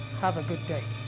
have a good day.